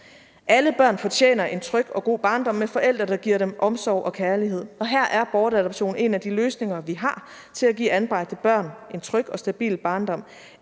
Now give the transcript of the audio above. Alle børn fortjener en tryg og god barndom med forældre, der giver dem omsorg og kærlighed, og her er bortadoption en af de løsninger, vi har, til at give anbragte børn en tryg og stabil barndom,